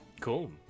Cool